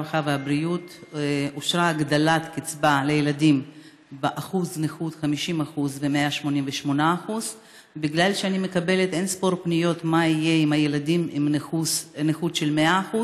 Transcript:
הרווחה והבריאות אושרה הגדלת הקצבה לילדים באחוזי נכות 50% ומעל 88%. בגלל שאני מקבלת אין-ספור פניות על מה יהיה עם הילדים עם נכות של 100%,